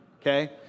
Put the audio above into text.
Okay